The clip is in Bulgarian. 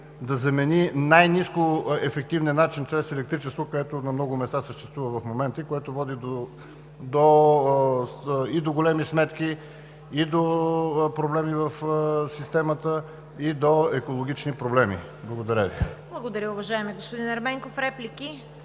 да замени най-ниско ефективния начин чрез електричество, което на много места съществува в момента и води до големи сметки и до проблеми в системата, и до екологични проблеми. Благодаря Ви. ПРЕДСЕДАТЕЛ ЦВЕТА КАРАЯНЧЕВА: Благодаря, уважаеми господин Ерменков. Реплики?